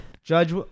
Judge